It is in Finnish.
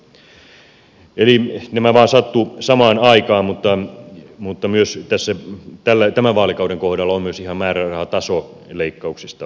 eli nämä vain sattuivat samaan aikaan mutta tämän vaalikauden kohdalla on myös että sen päälle tämän vaalikauden ihan määrärahatasoleikkauksista kysymys